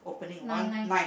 nine nine